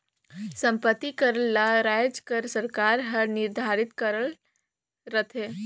संपत्ति कर ल राएज कर सरकार हर निरधारित करे रहथे